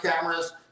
cameras